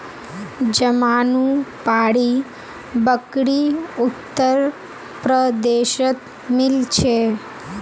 जमानुपारी बकरी उत्तर प्रदेशत मिल छे